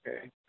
okay